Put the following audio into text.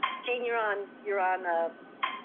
gene, you're on. you're on um.